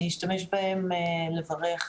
אני אשתמש בהן לברך.